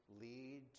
lead